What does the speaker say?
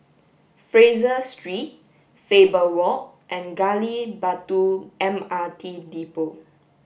Fraser Street Faber Walk and Gali Batu M R T Depot